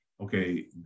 okay